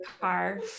car